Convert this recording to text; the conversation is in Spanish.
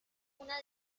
una